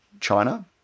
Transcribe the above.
China